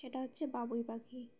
সেটা হচ্ছে বাবুই পাখি